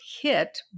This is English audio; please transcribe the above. hit